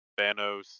Thanos